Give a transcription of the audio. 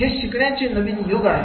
हे शिकण्याची नवीन युग आहे